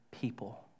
people